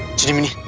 genie meanie,